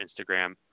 Instagram